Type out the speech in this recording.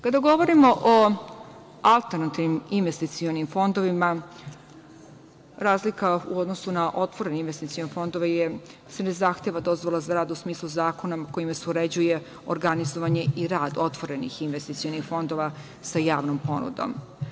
Kada govorimo o alternativnim investicionim fondovima razlika u odnosu na otvorene investicione fondove je da se ne zahteva dozvola za rad u smislu zakona kojim se uređuje organizovanje i rad otvorenih investicionih fondova sa javnom ponudom.